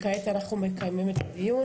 כעת אנחנו מקיימים את הדיון.